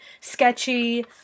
sketchy